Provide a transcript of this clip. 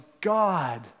God